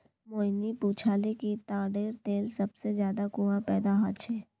मोहिनी पूछाले कि ताडेर तेल सबसे ज्यादा कुहाँ पैदा ह छे